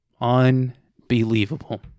Unbelievable